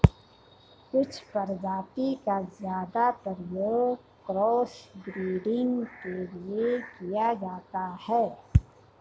कुछ प्रजाति का ज्यादा प्रयोग क्रॉस ब्रीडिंग के लिए किया जाता है